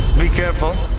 be careful,